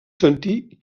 sentir